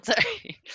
Sorry